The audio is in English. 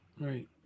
Right